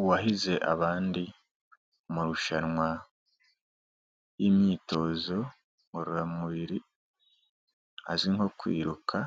Uwahize abandi mu marushanwa y'imyitozo ngororamubiri, aziwi nko kwiruka